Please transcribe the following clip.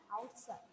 outside